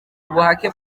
ubuhake